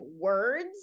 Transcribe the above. words